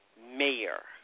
mayor